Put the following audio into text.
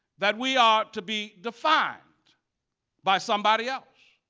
that we are to be defined by somebody else,